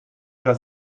does